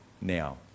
now